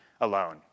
alone